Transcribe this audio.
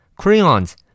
Crayons